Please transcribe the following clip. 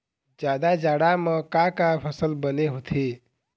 जादा जाड़ा म का का फसल बने होथे?